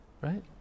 right